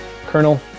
Colonel